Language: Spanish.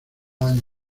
han